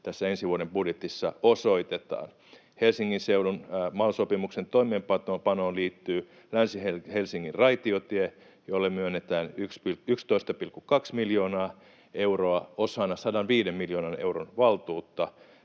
tässä ensi vuoden budjetissa osoitetaan. Helsingin seudun MAL-sopimuksen toimeenpanoon liittyy Länsi-Helsingin raitiotie, jolle myönnetään 11,2 miljoonaa euroa osana 105 miljoonan euron valtuutta,